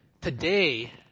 Today